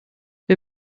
wir